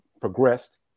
progressed